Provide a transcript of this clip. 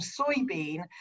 soybean